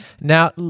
Now